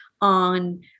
on